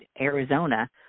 Arizona